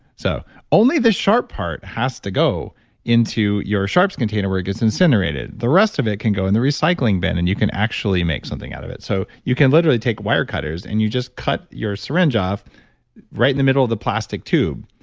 so only the sharp part has to go into your sharps container where it gets incinerated, the rest of it can go in the recycling bin and you can actually make something out of it. so you can literally take wire cutters and you just cut your syringe off right in the middle of the plastic tube.